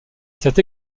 cet